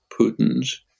Putin's